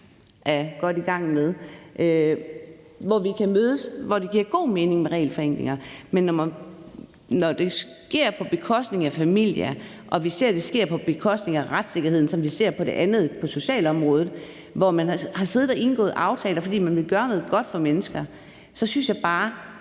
er godt i gang med at arbejde med. Der kan vi mødes, og der giver det god mening med regelforenklinger, men når det sker på bekostning af familier og vi ser det ske på bekostning af retssikkerheden, som vi ser det på socialområdet, hvor man har siddet og indgået aftaler, fordi man vil gøre noget godt for mennesker, så synes jeg bare,